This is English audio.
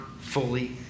fully